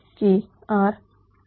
Trx3 x3